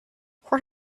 what